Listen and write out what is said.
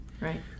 Right